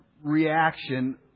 reaction